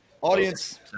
Audience